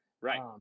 Right